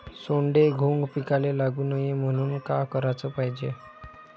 सोंडे, घुंग पिकाले लागू नये म्हनून का कराच पायजे?